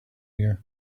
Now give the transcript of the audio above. you